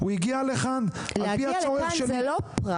הוא הגיע לכאן על פי הצורך של --- להגיע לכאן זה לא פרס